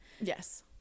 yes